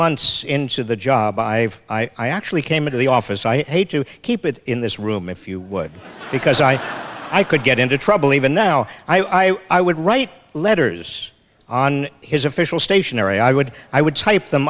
months into the job i i actually came into the office i hate to keep it in this room if you would because i i could get into trouble even now i would write letters on his official stationery i would i would cite them